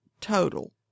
total